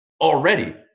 already